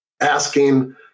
asking